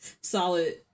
solid